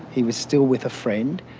he was still with a friend.